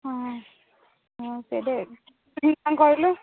ହଁ ହଁ ସେଇଟା କ'ଣ କହିଲୁ